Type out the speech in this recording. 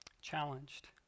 challenged